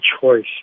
choice